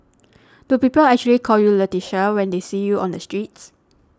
do people actually call you Leticia when they see you on the streets